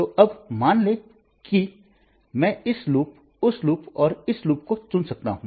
तो अब मान लें कि मैं इस लूप उस लूप और इस लूप को चुन सकता हूं